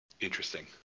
Interesting